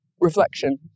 reflection